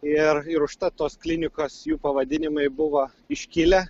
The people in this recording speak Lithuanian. ir ir užtat tos klinikos jų pavadinimai buvo iškilę